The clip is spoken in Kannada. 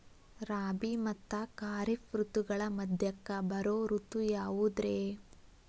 ರಾಬಿ ಮತ್ತ ಖಾರಿಫ್ ಋತುಗಳ ಮಧ್ಯಕ್ಕ ಬರೋ ಋತು ಯಾವುದ್ರೇ?